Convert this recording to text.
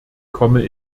komme